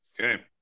Okay